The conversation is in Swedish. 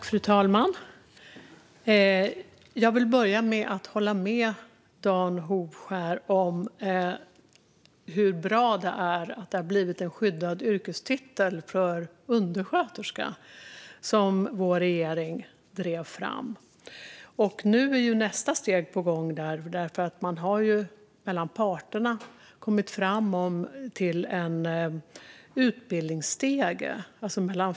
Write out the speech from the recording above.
Fru talman! Jag vill börja med att säga att jag håller med Dan Hovskär om att det är bra att det har blivit en skyddad yrkestitel för undersköterska, något som vår regering drev fram. Nu är nästa steg på gång. Parterna, alltså fack och arbetsgivare, har kommit fram till en utbildningsstege.